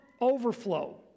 overflow